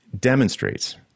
demonstrates